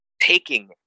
taking